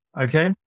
Okay